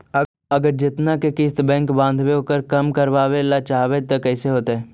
अगर जेतना के किस्त बैक बाँधबे ओकर कम करावे ल चाहबै तब कैसे होतै?